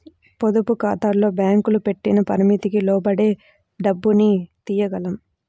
పొదుపుఖాతాల్లో బ్యేంకులు పెట్టిన పరిమితికి లోబడే డబ్బుని తియ్యగలం